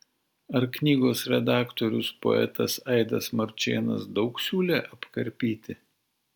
ar knygos redaktorius poetas aidas marčėnas daug siūlė apkarpyti